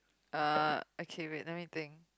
uh okay wait let me think